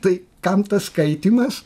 tai kam tas skaitymas